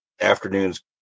afternoons